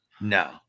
No